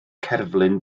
cerflun